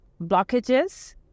blockages